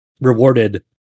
rewarded